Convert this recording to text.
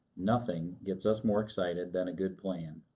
nothing gets us more excited than a good plan.